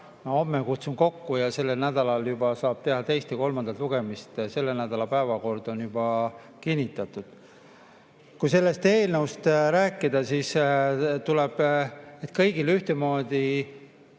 homme kutsun kokku ja sellel nädalal juba saab teha teist ja kolmandat lugemist. Selle nädala päevakord on kinnitatud. Kui sellest eelnõust rääkida, siis [tuleb öelda],